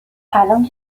الان